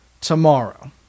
tomorrow